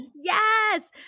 Yes